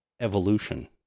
evolution